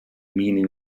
meaning